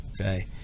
okay